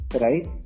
right